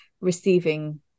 receiving